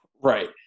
Right